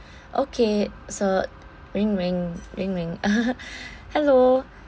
okay so ring ring ring ring hello